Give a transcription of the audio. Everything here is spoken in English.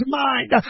mind